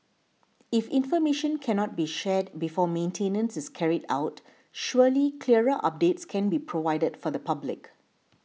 if information can not be shared before maintenance is carried out surely clearer updates can be provided for the public